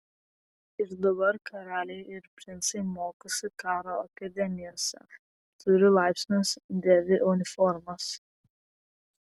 ir dabar karaliai ir princai mokosi karo akademijose turi laipsnius dėvi uniformas